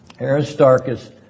Aristarchus